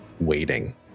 waiting